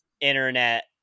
internet